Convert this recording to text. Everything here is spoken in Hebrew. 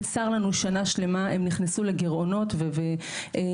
צר לנו שנה שלמה, הם נכנסו לגרעונות שכרגע,